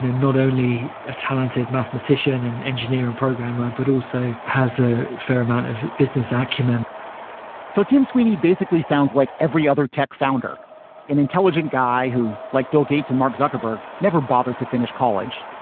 not only a talented mathematician, an and engineer and programmer, but also has a fair amount of business ah acumen so tim sweeney basically sounds like every other tech founder and intelligent guy who, like bill gates and mark zuckerberg, never bothered to finish college.